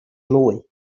mwy